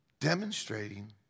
demonstrating